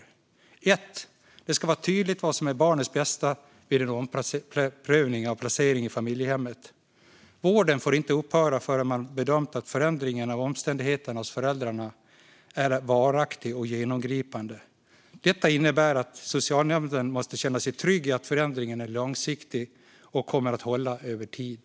För det första ska det vara tydligt vad som är barnets bästa vid en omprövning av placering i familjehem. Vården får inte upphöra förrän man bedömt att förändringen av omständigheterna hos föräldrarna är varaktig och genomgripande. Detta innebär att socialnämnden måste känna sig trygg med att förändringen är långsiktig och kommer att hålla över tid.